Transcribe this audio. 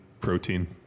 protein